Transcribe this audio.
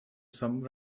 some